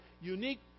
unique